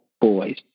boys